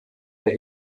der